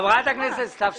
חברת הכנסת סתיו שפיר,